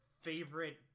favorite